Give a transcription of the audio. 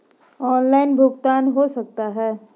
Online भुगतान हो सकता है?